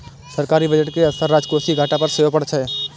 सरकारी बजट के असर राजकोषीय घाटा पर सेहो पड़ैत छैक